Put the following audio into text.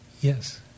Yes